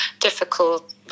difficult